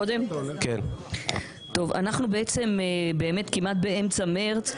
אנחנו כמעט באמצע מרץ,